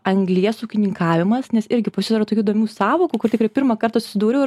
anglies ūkininkavimas nes irgi pas jus yra tokių įdomių sąvokų kur tikrai pirmą kartą sudūriau ir